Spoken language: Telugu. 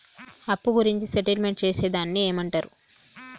అప్పు గురించి సెటిల్మెంట్ చేసేదాన్ని ఏమంటరు?